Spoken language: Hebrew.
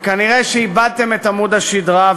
וכנראה איבדתם את עמוד השדרה.